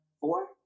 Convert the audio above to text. four